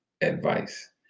advice